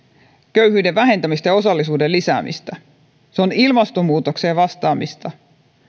köyhyyden vähentämistä ja osallisuuden lisäämistä ne ovat ilmastonmuutokseen vastaamista